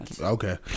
Okay